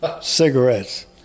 cigarettes